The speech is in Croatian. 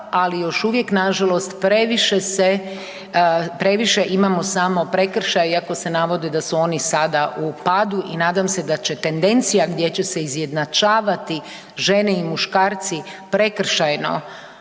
ali još uvijek nažalost previše se, previše imamo samo prekršaja iako se navodi da su oni sada u padu i nadam se da će tendencija gdje će se izjednačavati žene i muškarci prekršajno